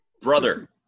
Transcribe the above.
Brother